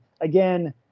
Again